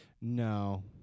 No